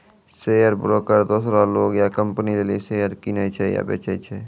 share broker दोसरो लोग या कंपनी लेली शेयर किनै छै या बेचै छै